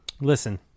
Listen